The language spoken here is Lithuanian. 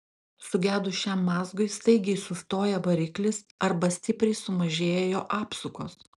sugedus šiam mazgui staigiai sustoja variklis arba stipriai sumažėja jo apsukos